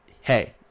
Hey